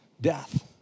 death